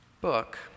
book